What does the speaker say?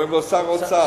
שקוראים לו שר האוצר.